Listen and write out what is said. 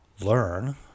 learn